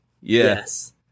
Yes